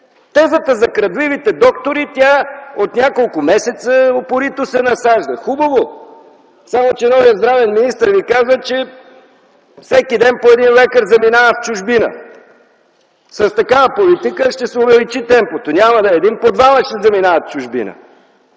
Тезата за крадливите доктори от няколко месеца упорито се насажда. Хубаво, само че новият здравен министър ви каза, че всеки ден по един лекар заминава в чужбина. С такава политика ще се увеличи темпото – няма да е по един, по двама ще заминават в чужбина.